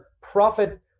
profit